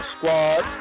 Squad